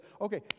okay